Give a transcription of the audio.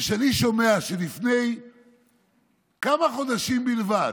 וכשאני שומע שלפני כמה חודשים בלבד,